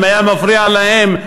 אם היה מפריע להם,